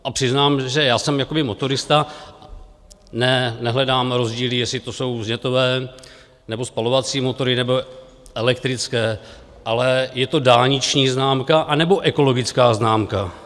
A přiznám, že já jsem motorista, nehledám rozdíly, jestli to jsou vznětové nebo spalovací motory nebo elektrické, ale je to dálniční známka, anebo ekologická známka?